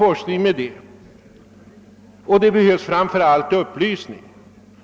Men framför allt behövs det upplysning.